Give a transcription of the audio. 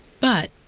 but,